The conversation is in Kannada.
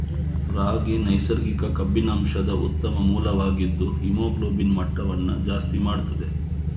ರಾಗಿ ನೈಸರ್ಗಿಕ ಕಬ್ಬಿಣಾಂಶದ ಉತ್ತಮ ಮೂಲವಾಗಿದ್ದು ಹಿಮೋಗ್ಲೋಬಿನ್ ಮಟ್ಟವನ್ನ ಜಾಸ್ತಿ ಮಾಡ್ತದೆ